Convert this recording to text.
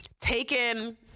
taken